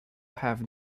have